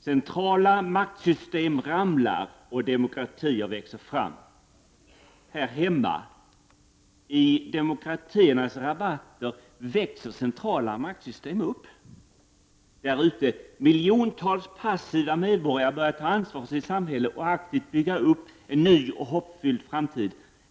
Centrala maktsystem ramlar och demokratier växer fram. Här hemma: I demokratiernas rabatter växer centrala maktsystem upp. Där ute: Miljontals passiva medborgare börjar ta ansvar för sitt samhälle och aktivt bygga upp en ny och hoppfull framtid.